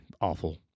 awful